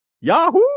Yahoo